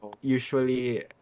usually